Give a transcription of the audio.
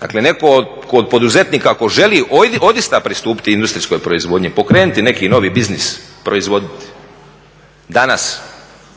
dakle neko od poduzetnika ako želi odista pristupiti industrijskog proizvodnji, pokrenuti neki novi biznis, proizvoditi, danas